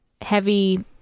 heavy